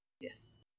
yes